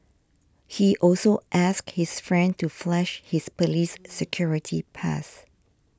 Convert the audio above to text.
he also asked his friend to flash his police security pass